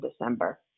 december